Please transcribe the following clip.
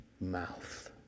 mouth